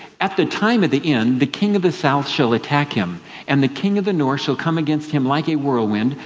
at the time of the end the king of the south shall attack him and the king of the north shall come against him like a whirlwind,